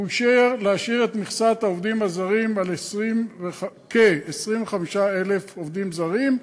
הוא אישר להשאיר את מכסת העובדים הזרים על כ-25,000 עובדים זרים,